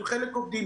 חלק עובדים.